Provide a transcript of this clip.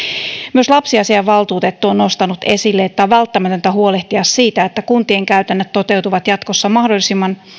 myös lapsiasiavaltuutettu on nostanut esille että on välttämätöntä huolehtia siitä että kuntien käytännöt toteutuvat jatkossa mahdollisimman